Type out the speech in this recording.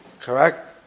Correct